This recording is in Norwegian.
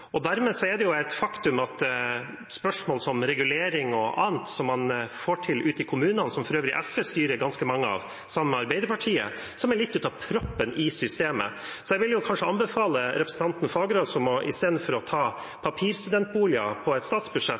er det et faktum at spørsmål som regulering og annet som man får til ute i kommunene, som for øvrig SV styrer ganske mange av, sammen med Arbeiderpartiet, er litt av proppen i systemet. Jeg vil kanskje anbefale representanten Fagerås i stedet for å ta papirstudentboliger på et statsbudsjett,